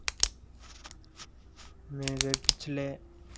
मेरे पिछले